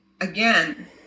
again